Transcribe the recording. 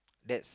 that's